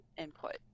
input